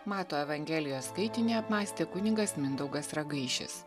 mato evangelijos skaitinį apmąstė kunigas mindaugas ragaišis